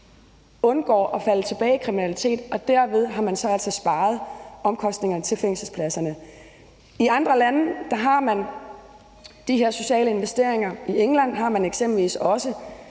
undgår at falde tilbage i kriminalitet. Derved har man så sparet omkostningerne til fængselspladserne. I andre lande har man de her sociale investeringer. I England har man det eksempelvis også